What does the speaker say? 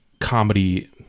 comedy